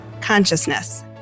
consciousness